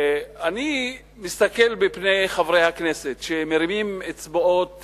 אני מסתכל בפני חברי הכנסת שמרימים אצבעות